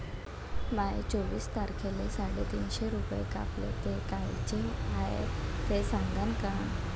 माये चोवीस तारखेले साडेतीनशे रूपे कापले, ते कायचे हाय ते सांगान का?